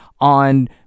on